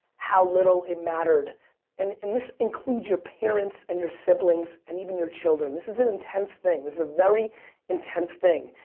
how little it mattered and this includes your parents and your siblings and even your children. this is an intense thing, this is a very intense thing.